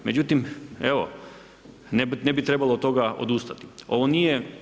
Međutim, evo ne bi trebalo od toga odustati.